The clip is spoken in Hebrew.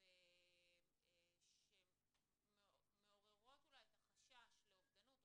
שהן מעוררות אולי את החשש לאובדנות או